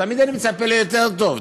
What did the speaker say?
תמיד אני מצפה ליותר טוב,